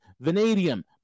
vanadium